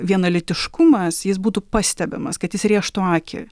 vienalytiškumas jis būtų pastebimas kad jis rėžtų akį